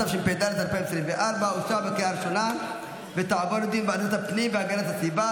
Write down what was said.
התשפ"ד 2024, לוועדת הפנים והגנת הסביבה